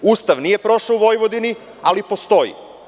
Ustav nije prošao u Vojvodini, ali postoji.